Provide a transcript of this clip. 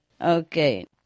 Okay